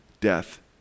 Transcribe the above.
death